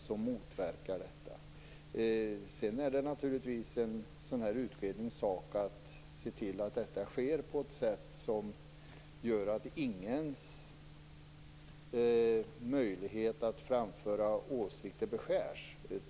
Sedan är det naturligtvis en sådan här utrednings sak att se till att detta sker på ett sätt som gör att möjligheten att framföra åsikter inte beskärs för någon.